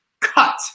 cut